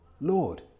lord